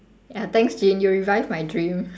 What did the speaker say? ya thanks jean you revive my dream